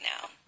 now